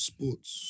Sports